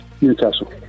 Newcastle